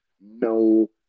no